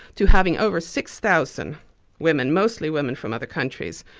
to having over six thousand women, mostly women from other countries,